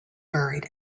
buried